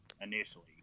initially